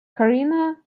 corrina